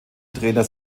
trainer